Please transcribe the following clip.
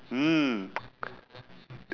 mm